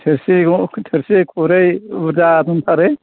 थोरसि थोरसि खुरै बुरजा दंथारो